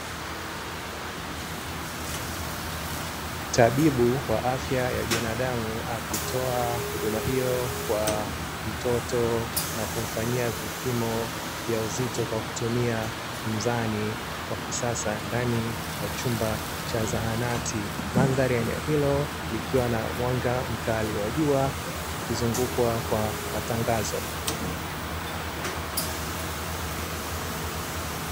Tabibu wa afya ya binadamu akitoa huduma hiyo kwa mtoto, na kumfanyia vipimo vya uzito kwa kutumia mzani wa kisasa ndani ya chumba cha zahanati, mandhari ya eneo hilo likiwa na mwanga mkali wa jua ikizungukwa kwa matangazo.